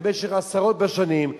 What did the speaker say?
במשך עשרות בשנים,